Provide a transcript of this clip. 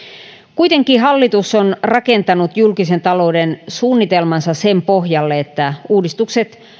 kuitenkin hallitus on rakentanut julkisen talouden suunnitelmansa sen pohjalle että uudistukset